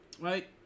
Right